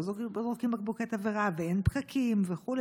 לא זורקים בקבוקי תבערה ואין פקקים וכו',